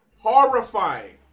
horrifying